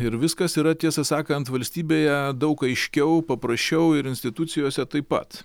ir viskas yra tiesą sakant valstybėje daug aiškiau paprasčiau ir institucijose taip pat